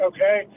Okay